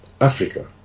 Africa